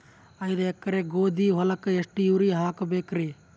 ಐದ ಎಕರಿ ಗೋಧಿ ಹೊಲಕ್ಕ ಎಷ್ಟ ಯೂರಿಯಹಾಕಬೆಕ್ರಿ?